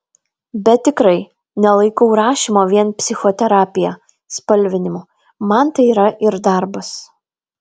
bet tikrai nelaikau rašymo vien psichoterapija spalvinimu man tai yra ir darbas